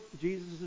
Jesus